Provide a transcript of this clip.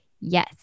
yes